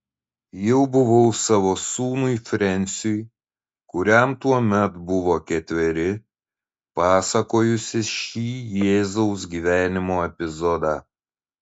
jau buvau savo sūnui frensiui kuriam tuomet buvo ketveri pasakojusi šį jėzaus gyvenimo epizodą